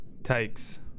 takes